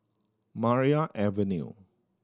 Maria Avenue